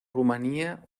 rumanía